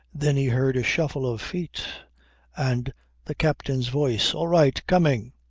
then he heard a shuffle of feet and the captain's voice all right. coming.